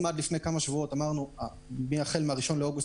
אם עד לפני כמה שבועות אמרנו שהחל מ-1 באוגוסט